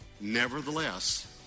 Nevertheless